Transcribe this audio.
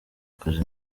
twakoze